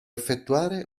effettuare